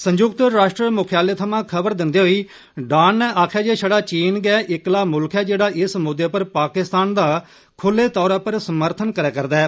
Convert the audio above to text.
संय्क्त राष्ट्र म्ख्यालय थमां खबर दिन्दे होई डान नै आक्खेया जे शड़ा चीन गै इक्कला मुल्ख ऐ जेड़ा इस मुद्दे पर पाकिस्तान दा खुल्ले तौरा पर समर्थन करै करदा ऐ